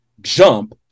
jump